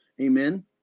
Amen